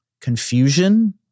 confusion